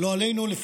לא עלינו,